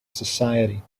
society